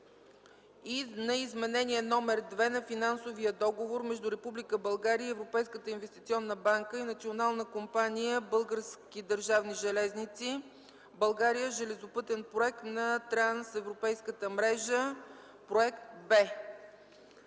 и на изменение № 2 на Финансовия договор между Република България и Европейската инвестиционна банка и Национална компания „Български държавни железници” (България – железопътен проект на Трансевропейската мрежа – проект Б).